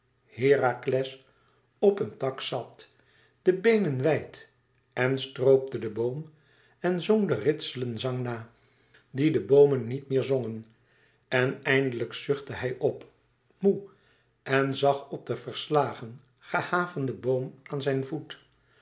herakles op een tak zat de beenen wijd en stroopte den boom en zong den ritselen zang na dien de boomen niet meer zongen en eindelijk zuchtte hij op moê en zag op den verslagen gehavenden boom aan zijn voet